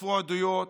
אספו עדויות,